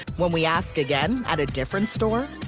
when we ask again at a different store.